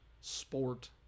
sport